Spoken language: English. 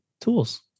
tools